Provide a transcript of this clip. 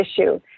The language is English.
issue